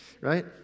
right